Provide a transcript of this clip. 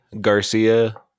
Garcia